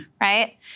right